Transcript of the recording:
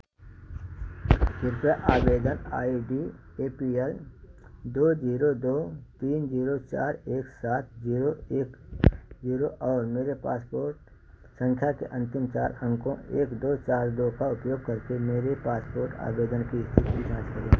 कृपया आवेदन I D A P L दो जीरो दो तीन जीरो चार एक सात जीरो एक जीरो और मेरे पासपोर्ट संख्या के अंतिम चार अंकों एक दो चार दो का उपयोग करके मेरे पासपोर्ट आवेदन की स्थिति की जाँच करें